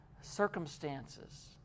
circumstances